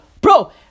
Bro